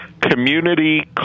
community